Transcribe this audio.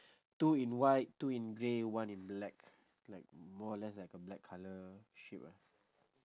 two in white two in grey one in black like more or less like a black colour sheep ah